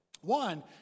One